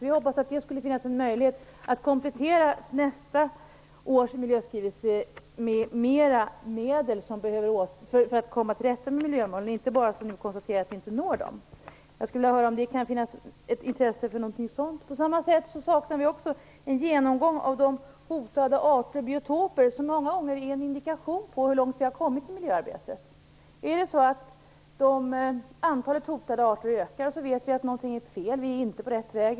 Vi hoppas att det skall finnas en möjlighet att komplettera nästa års miljöskrivelse med vilka ytterligare medel som behövs för att komma till rätta med miljömålen och inte bara konstatera att vi inte når dem. Jag skulle vilja höra om det kan finnas ett intresse för någonting sådant. På samma sätt saknar vi också en genomgång av de hotade arter och biotoper som många gånger är en indikation på hur långt vi har kommit i miljöarbetet. Ökar antalet hotade arter vet vi att någonting är fel. Vi är inte på rätt väg.